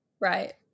Right